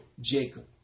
Jacob